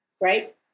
right